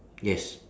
yes